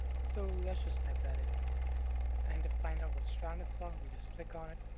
so let's just type that in and to find out what strand it's on, we just click on it.